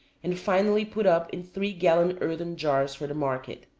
and finally put up in three-gallon earthen jars for the market.